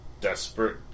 desperate